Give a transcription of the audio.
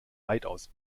weitaus